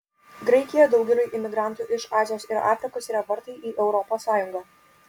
graikija daugeliui imigrantų iš azijos ir afrikos yra vartai į europos sąjungą